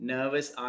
Nervous